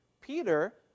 Peter